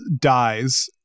dies